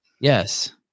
Yes